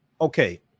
Okay